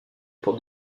pour